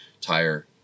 tire